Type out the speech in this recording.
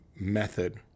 method